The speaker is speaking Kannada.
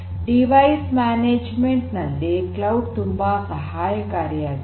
ಸಾಧನ ನಿರ್ವಹಣೆಯಲ್ಲಿ ಕ್ಲೌಡ್ ತುಂಬಾ ಸಹಾಯಕಾರಿಯಾಗಿದೆ